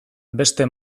beste